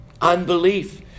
Unbelief